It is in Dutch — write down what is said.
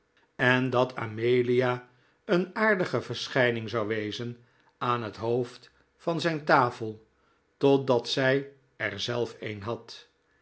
en dat amelia een aardige verschijning zou wezen aan het hoofd van zijn tafel totdat zij er zelf een had